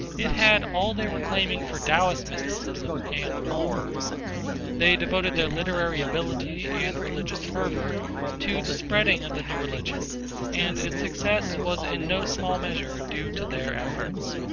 it had all they were claiming for taoist mysticism and more they devoted their literary ability and religious fervor to the spreading of the new religion and its success was in no small measure due to their efforts.